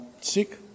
sick